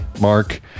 Mark